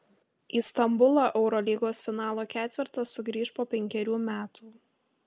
į stambulą eurolygos finalo ketvertas sugrįš po penkerių metų